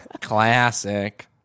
Classic